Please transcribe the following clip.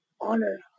honor